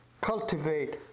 cultivate